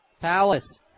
Palace